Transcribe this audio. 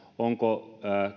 onko